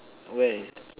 where